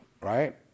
Right